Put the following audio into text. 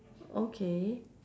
okay